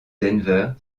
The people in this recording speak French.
denver